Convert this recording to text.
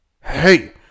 Hey